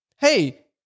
hey